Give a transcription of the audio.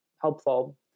helpful